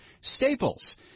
Staples